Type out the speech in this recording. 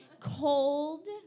cold